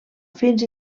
fins